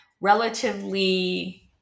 relatively